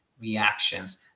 reactions